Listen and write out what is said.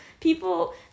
People